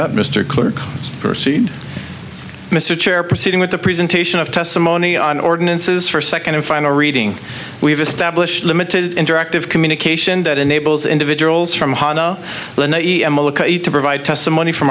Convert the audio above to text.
that mr could proceed mr chair proceeding with the presentation of testimony on ordinances first second and final reading we've established limited interactive communication that enables individuals from honda to provide testimony from